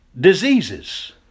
diseases